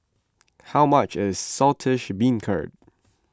how much is Saltish Beancurd